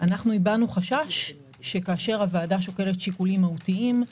הבענו חשש שכאשר הוועדה שוקלת שיקולים מהותיים,